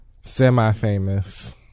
semi-famous